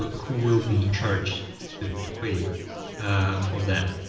who will be in charge to to pay for that.